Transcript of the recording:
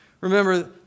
Remember